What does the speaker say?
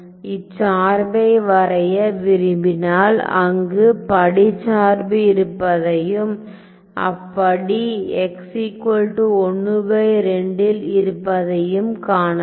இச்சார்பை வரைய விரும்பினால் அங்கு படி சார்பு இருப்பதையும் அப்படி x 12 இல் இருப்பதையும் காணலாம்